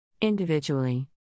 Individually